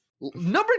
number